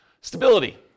Stability